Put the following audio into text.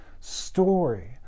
story